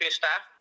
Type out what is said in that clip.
staff